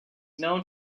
known